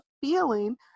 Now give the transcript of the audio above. feeling